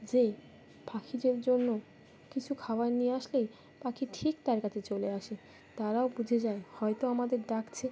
যে পাখিদের জন্য কিছু খাবার নিয়ে আসলেই পাখি ঠিক তার কাছে চলে আসে তারাও বুঝে যায় হয়তো আমাদের ডাকছে